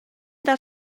dat